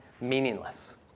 meaningless